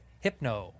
hypno